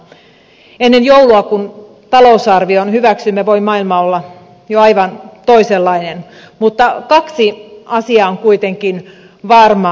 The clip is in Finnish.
ennen joulua kun talousarvion hyväksymme voi maailma olla jo aivan toisenlainen mutta kaksi asiaa on kuitenkin varmaa